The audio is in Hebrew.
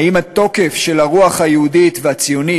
האם התוקף של הרוח היהודית והציונית,